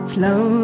Slow